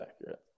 accurate